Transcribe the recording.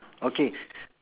okay